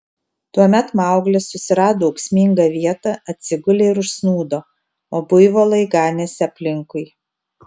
tuomet mauglis susirado ūksmingą vietą atsigulė ir užsnūdo o buivolai ganėsi aplinkui